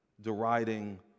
deriding